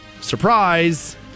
Surprise